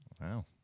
Wow